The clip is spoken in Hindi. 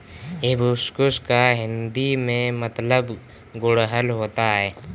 हिबिस्कुस का हिंदी में मतलब गुड़हल होता है